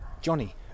Johnny